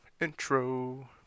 intro